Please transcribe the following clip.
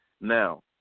Now